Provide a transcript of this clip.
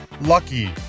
lucky